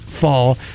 fall